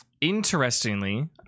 Interestingly